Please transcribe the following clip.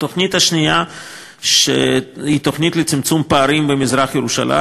התוכנית השנייה היא תוכנית לצמצום פערים במזרח-ירושלים.